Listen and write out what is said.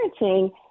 parenting